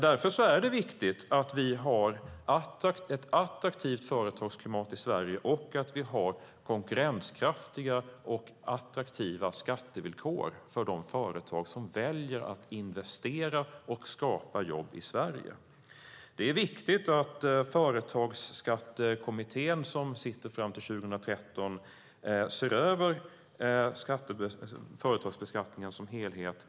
Därför är det viktigt att vi har ett attraktivt företagsklimat i Sverige och att vi har konkurrenskraftiga och attraktiva skattevillkor för de företag som väljer att investera och skapa jobb i Sverige. Det är viktigt att Företagsskattekommittén, som sitter fram till 2013, ser över företagsbeskattningen som helhet.